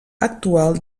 actual